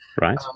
Right